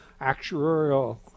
actuarial